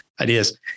ideas